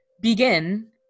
Begin